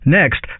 Next